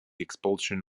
expulsion